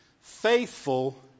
faithful